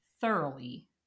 thoroughly